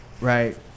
right